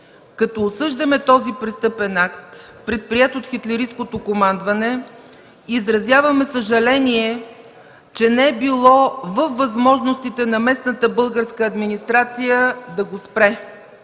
Като осъждаме този престъпен акт, предприет от хитлеристкото командване, изразяваме съжаление, че не е било във възможностите на местната българска администрация да го спре.